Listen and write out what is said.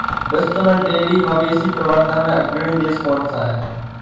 विश्व में डेयरी मवेशी प्रबंधन में अग्रणी देश कौन सा है?